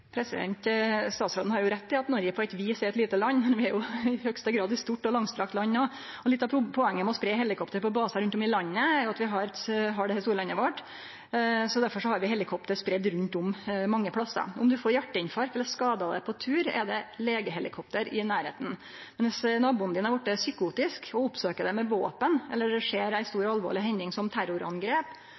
at Noreg på eit vis er eit lite land. Vi er i høgste grad òg eit stort og langstrekt land. Litt av poenget med å spreie helikopter på basar rundt om i landet er at vi har det store landet vårt, og derfor har vi helikopter spreidde rundt om på mange plassar. Om ein får hjarteinfarkt eller ein skar seg på tur, er det legehelikopter i nærleiken. Viss naboen er vorten psykotisk og oppsøkjer ein med våpen, eller det skjer ei stor og alvorleg hending som terrorangrep,